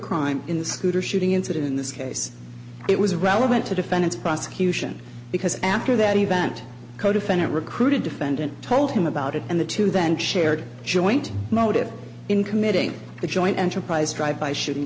crime in the scooter shooting incident in this case it was relevant to defend its prosecution because after that event codefendant recruited defendant told him about it and the two then shared a joint motive in committing the joint enterprise drive by shooting